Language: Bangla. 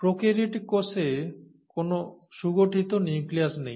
প্রোক্যারিওটিক কোষে কোনও সুগঠিত নিউক্লিয়াস নেই